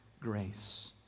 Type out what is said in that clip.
grace